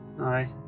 Aye